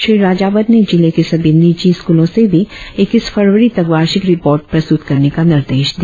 श्री राजावत ने जिले के सभी निजि स्कूलों से भी इक्कीस फरवरी तक वार्षिक रिपोर्ट प्रस्तुत करने का निर्देश दिया